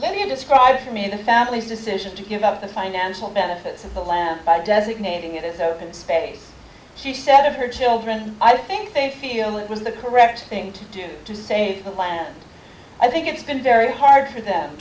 of describe for me the family's decision to give up the financial benefits of the land by designating it is open space she said of her children i think they feel it was the correct thing to do to save the planet i think it's been very hard for them